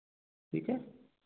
ठीक है